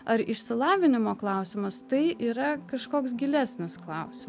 ar išsilavinimo klausimas tai yra kažkoks gilesnis klausi